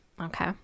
Okay